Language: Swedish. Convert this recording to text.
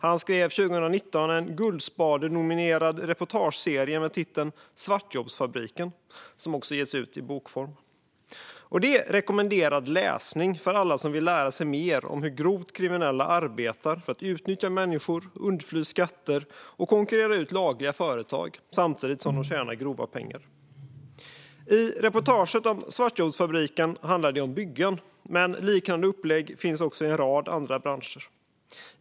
Han skrev 2019 en guldspadenominerad reportageserie med titeln Svartjobbsfabriken , som också getts ut i bokform. Det är rekommenderad läsning för alla som vill lära sig mer om hur grovt kriminella arbetar för att utnyttja människor, undfly skatter och konkurrera ut lagliga företag samtidigt som de tjänar grova pengar. I reportaget om Svartjobbsfabriken handlar det om byggen, men liknande upplägg finns också i en rad andra branscher.